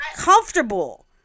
comfortable